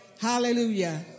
Hallelujah